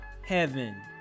heaven